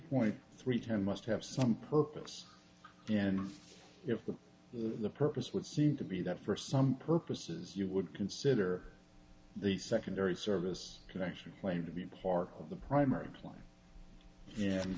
point three term must have some purpose and if the purpose would seem to be that for some purposes you would consider the secondary service connection claim to be part of the primary plan